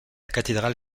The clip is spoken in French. cathédrale